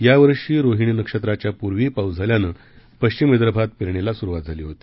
यावर्षी रोहिणी नक्षत्राच्या पूर्वी पाऊस झाल्यानं पश्चिम विदर्भात पेरणीला सुरुवात झाली होती